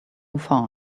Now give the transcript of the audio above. far